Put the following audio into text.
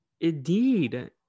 Indeed